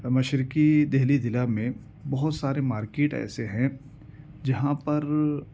مشرقی دہلی ضلع میں بہت سارے مارکیٹ ایسے ہیں جہاں پر